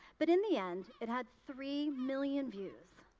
but in the end, it had three million views.